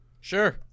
Sure